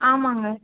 ஆமாங்க